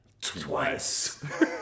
twice